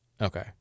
Okay